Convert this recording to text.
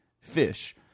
fish